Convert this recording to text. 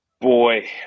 Boy